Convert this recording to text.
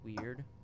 weird